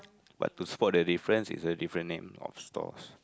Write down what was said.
what to spot the difference is a different name of stalls